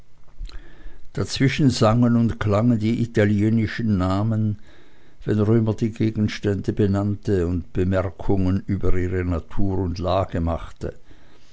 dazwischen sangen und klangen die italischen namen wenn römer die gegenstände benannte und bemerkungen über ihre natur und lage machte